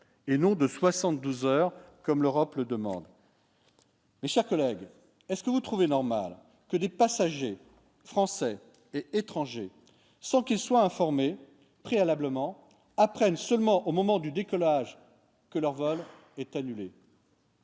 et non de 72 heures comme l'Europe le demande. Mes chers collègues, est ce que vous trouvez normal que des passagers français et étrangers, sans qu'il soit informé préalablement apprennent seulement au moment du décollage que leur vol est annulé.